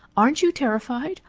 aren't you terrified?